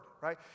right